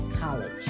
College